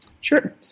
Sure